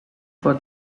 for